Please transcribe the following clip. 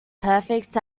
perfect